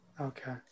Okay